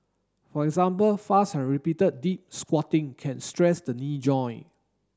for example fast and repeated deep squatting can stress the knee joint